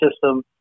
system